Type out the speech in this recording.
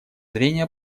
зрения